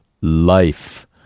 life